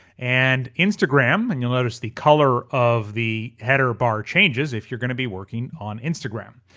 and instagram and you'll notice the color of the header bar changes if you're gonna be working on instagram.